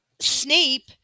Snape